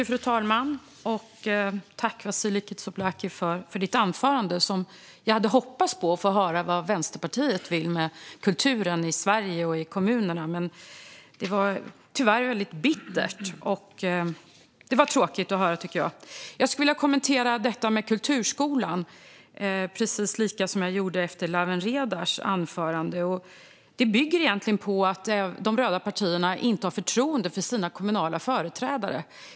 Fru talman! Tack, Vasiliki Tsouplaki, för ditt anförande! Jag hade hoppats på att få höra vad Vänsterpartiet vill med kulturen i Sverige och i kommunerna, men det var tyvärr väldigt bittert. Det var tråkigt att höra, tycker jag. Jag skulle vilja kommentera detta med kulturskolan, precis som jag gjorde efter Lawen Redars anförande. Detta bygger egentligen på att de röda partierna inte har förtroende för sina kommunala företrädare.